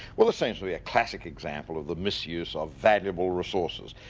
well essentially a classic example of the misuse of valuable resources.